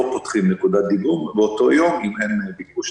פותחים נקודת דיגום באותו יום אם אין לכך ביקוש.